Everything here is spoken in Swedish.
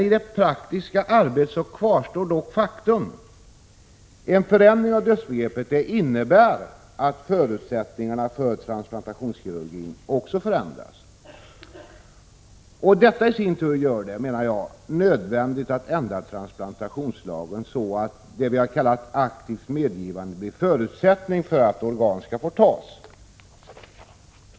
I det praktiska arbetet kvarstår dock faktum: En förändring av dödsbegreppet innebär att förutsättningarna för transplantationskirurgin också förändras. Detta i sin tur gör det, menar jag, nödvändigt att ändra transplantationslagen så att det som vi har kallat aktivt medgivande blir förutsättningen för att organ skall få tas.